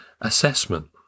assessment